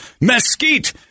Mesquite